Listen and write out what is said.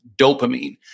dopamine